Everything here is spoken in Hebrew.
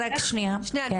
אני